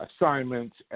assignments